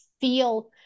feel